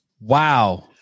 Wow